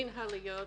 מינהליות,